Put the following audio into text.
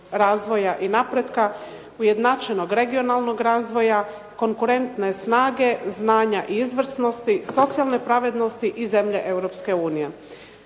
razvoja i napretka, ujednačenog regionalnog razvoja, komporentne snage, znanja i izvrsnosti, socijalne pravednosti i zemlje